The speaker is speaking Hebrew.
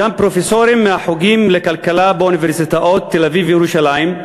גם פרופסורים מהחוגים לכלכלה באוניברסיטאות תל-אביב וירושלים,